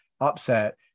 upset